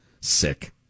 Sick